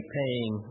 paying